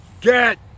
get